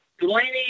Delaney